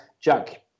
Jack